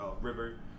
River